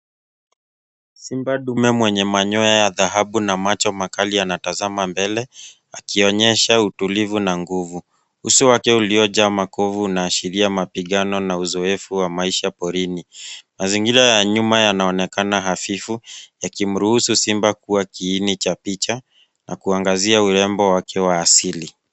Simba dume mwenye manyoya ya dhahabu na macho makali anatazama mbele akionyesha utulivu na nguvumUso wake uliojaa makovu na sheria mapigano na uzoefu wa maisha porini. Mazingira ya nyuma yanaonekana hafifu, yakimruhusu simba kuwa kiini cha picha na kuangazia urembo wake wa asili.